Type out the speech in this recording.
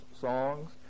songs